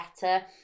better